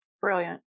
Brilliant